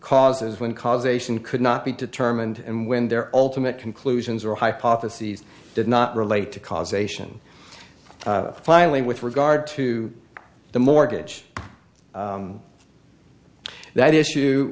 causes when causation could not be determined and when their ultimate conclusions were hypotheses did not relate to causation finally with regard to the mortgage that issue